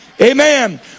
Amen